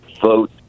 vote